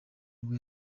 nibwo